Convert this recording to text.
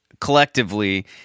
collectively